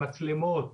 מצלמות,